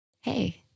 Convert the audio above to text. Hey